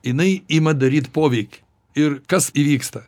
jinai ima daryt poveikį ir kas įvyksta